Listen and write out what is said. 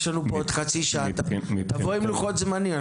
יש לנו פה עוד חצי שעה ותבוא עם לוחות זמנים.